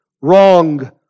wrong